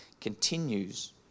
continues